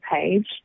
page